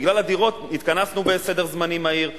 בגלל הדירות התכנסנו בסדר זמנים מהיר,